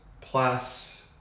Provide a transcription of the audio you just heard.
plus